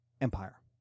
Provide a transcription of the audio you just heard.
empire